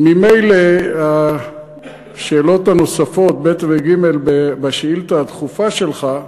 ממילא השאלות 2 ו-3 בשאילתה הדחופה שלך,